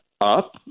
up